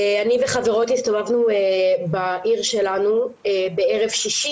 אני וחברות הסתובבנו בעיר שלנו בערב שישי,